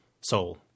Soul